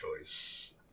choice